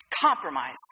compromise